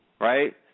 right